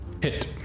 Hit